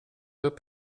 upp